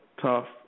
tough